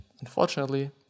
unfortunately